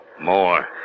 More